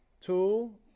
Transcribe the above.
two